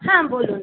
হ্যাঁ বলুন